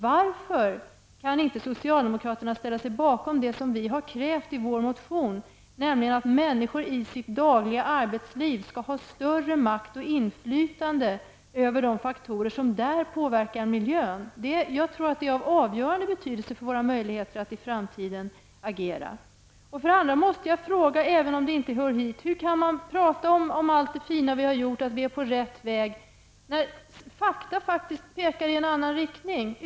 Varför kan socialdemokraterna inte ställa sig bakom det som vi har krävt i vår motion, nämligen att människor i sitt dagliga arbetsliv skall ha större makt och inflytande över de faktorer som där påverkar miljön? Jag tror att detta är av avgörande betydelse för våra möjligheter att agera i framtiden. För det andra, även om det inte hör hit: Hur kan man tala om allt det fina som har gjorts och att vi är på rätt väg när fakta pekar i en annan riktning?